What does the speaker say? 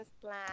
plan